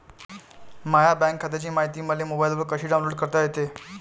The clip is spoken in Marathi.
माह्या बँक खात्याची मायती मले मोबाईलवर कसी डाऊनलोड करता येते?